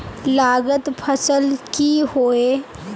लागत फसल की होय?